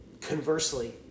Conversely